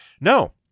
No